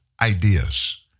Ideas